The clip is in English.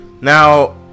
now